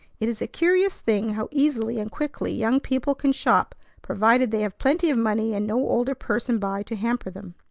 it is a curious thing how easily and quickly young people can shop provided they have plenty of money and no older person by to hamper them.